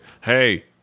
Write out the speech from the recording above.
Hey